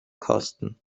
kosten